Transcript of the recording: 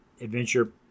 adventure